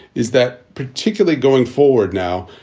is that particularly going forward now,